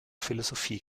philosophie